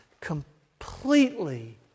completely